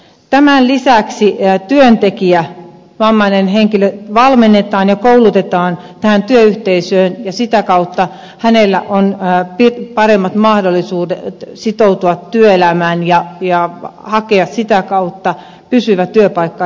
tämän lisäksi työntekijä vammainen henkilö valmennetaan ja koulutetaan tähän työyhteisöön ja sitä kautta hänellä on paremmat mahdollisuudet sitoutua työelämään ja hakea sitä kautta pysyvä työpaikka itselleen